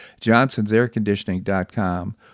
johnsonsairconditioning.com